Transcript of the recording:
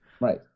Right